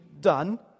done